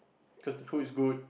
cause the food is good